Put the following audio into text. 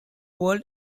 world